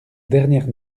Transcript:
dernière